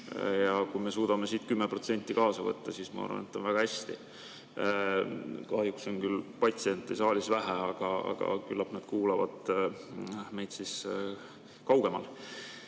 Kui me suudame siit 10% kaasa võtta, siis ma arvan, et on väga hästi. Kahjuks on küll patsiente saalis vähe, aga küllap nad kuulavad meid kaugemal. Minu